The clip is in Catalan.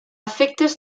efectes